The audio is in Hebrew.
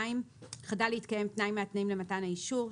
(2)חדל להתקיים תנאי מהתנאים למתן האישור,